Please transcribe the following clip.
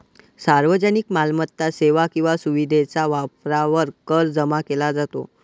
सार्वजनिक मालमत्ता, सेवा किंवा सुविधेच्या वापरावर कर जमा केला जातो